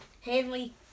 Hanley